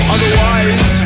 Otherwise